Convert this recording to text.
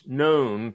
known